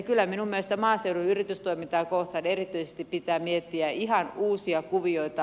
kyllä minun mielestäni maaseudun yritystoimintaa kohtaan erityisesti pitää miettiä ihan uusia kuvioita